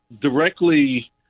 directly